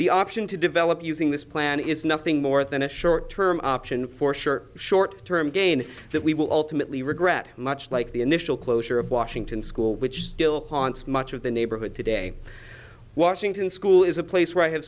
the option to develop using this plan is nothing more than a short term option for sure short term gain that we will ultimately regret much like the initial closure of washington school which still haunts much of the neighborhood today washington school is a place where i ha